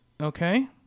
Okay